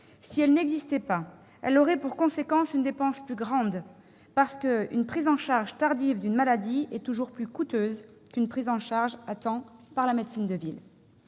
si elle n'existait pas, elle aurait pour conséquence une dépense plus grande, parce qu'une prise en charge tardive d'une maladie est toujours plus coûteuse qu'une prise en charge à temps par la médecine de ville.